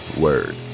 Word